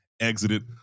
exited